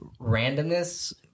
randomness